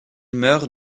meurt